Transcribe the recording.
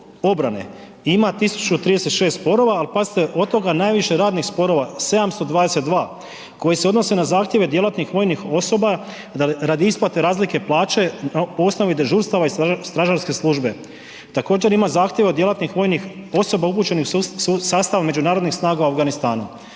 ima 1036 sporova, al pazite od toga najviše radnih sporova 722 koji se odnose na zahtjeve djelatnih vojnih osoba radi isplate razlike plaće po osnovi dežurstava i stražarske službe. Također ima zahtjeva djelatnih vojnih osoba upućenih u sastav međunarodnih snaga u Afganistanu.